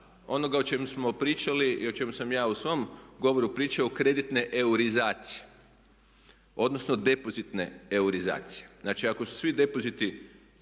onoga o čemu smo pričali i o čemu sam ja u svom govoru pričao kreditne eurizacije, odnosno depozitne eurizacije. Znači, ako su svi depoziti,